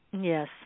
Yes